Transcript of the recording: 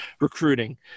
recruiting